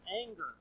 anger